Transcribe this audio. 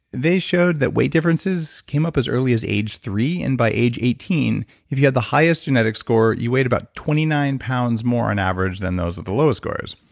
they showed that weight differences came up as early as age three and by age eighteen, if you had the highest genetic score, you weighed about twenty nine pounds more, on average, than those at the lowest scores.